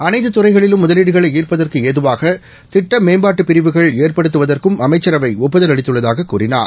அனைத்து துறைகளிலும் முதலீடுகளை ஈாப்பதற்கு ஏதுவாக திட்ட மேப்பாட்டு பிரிவுகள் ஏற்படுத்துவதற்கும் அமைச்சரவை ஒப்புதல் அளித்துள்ளதாகக் கூறினார்